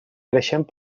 creixent